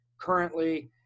currently